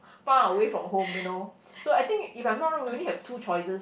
far away from home you know so I think if I'm not wrong we only have two choices